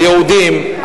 על יהודים,